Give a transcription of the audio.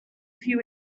few